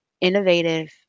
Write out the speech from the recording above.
innovative